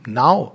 now